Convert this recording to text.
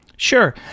Sure